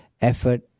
effort